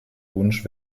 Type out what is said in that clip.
wunsch